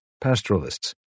pastoralists